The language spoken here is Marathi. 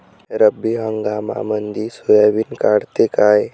रब्बी हंगामामंदी सोयाबीन वाढते काय?